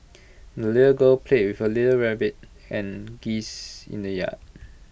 the little girl played with the little rabbit and geese in the yard